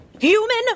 Human